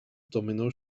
domino